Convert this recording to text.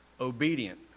obedient